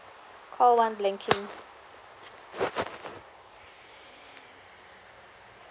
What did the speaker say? call one banking